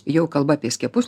jau kalba apie skiepus